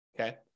okay